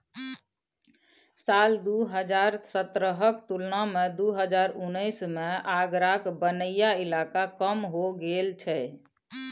साल दु हजार सतरहक तुलना मे दु हजार उन्नैस मे आगराक बनैया इलाका कम हो गेल छै